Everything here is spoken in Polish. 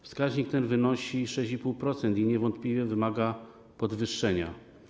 Wskaźnik ten wynosi 6,5% i niewątpliwie wymaga podwyższenia.